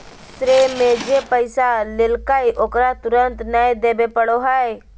श्रेय में जे पैसा लेलकय ओकरा तुरंत नय देबे पड़ो हइ